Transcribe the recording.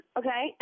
okay